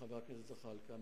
חבר הכנסת זחאלקה.